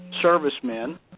servicemen